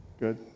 Good